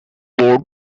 board